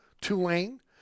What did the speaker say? Tulane